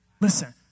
Listen